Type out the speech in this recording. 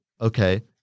Okay